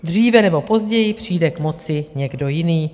Dříve nebo později přijde k moci někdo jiný.